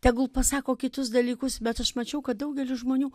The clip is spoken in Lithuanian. tegul pasako kitus dalykus bet aš mačiau kad daugelį žmonių